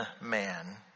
man